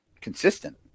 Consistent